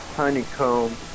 Honeycomb